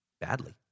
badly